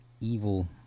evil